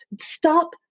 stop